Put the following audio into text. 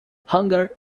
hunger